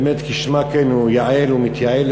באמת, כשמה כן היא, יעל ומתייעלת.